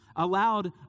allowed